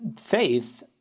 faith